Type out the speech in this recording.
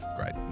Great